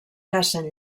cacen